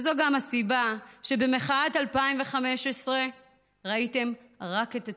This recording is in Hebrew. זו גם הסיבה שבמחאת 2015 ראיתם רק את הצעירים,